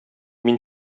мин